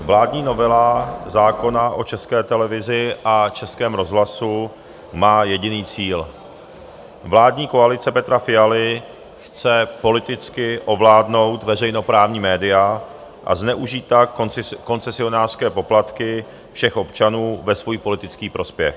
vládní novela zákona o České televizi a Českém rozhlasu má jediný cíl: vládní koalice Petra Fialy chce politicky ovládnout veřejnoprávní média a zneužít tak koncesionářské poplatky všech občanů ve svůj politický prospěch.